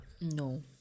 No